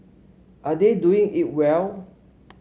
are they doing it well